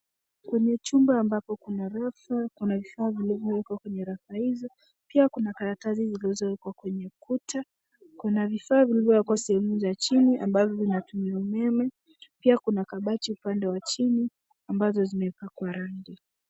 Kwenye chumba ambapo kuna rafu, kuna vifaa ambavyo vimewekwa kwenye rafu hizo pia kuna karatasi zilizowekwa kwenye kuta. Kuna vifaa vilivyo wekwa kwenye sehemu za chini amabavyo vinatumia umeme, pia kuan kabati upande wa chini ambazo zimepakwa rangi.